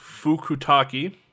Fukutaki